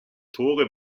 tore